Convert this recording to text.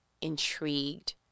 intrigued